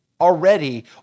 already